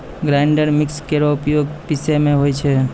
grinder mixer केरो उपयोग पिसै म होय छै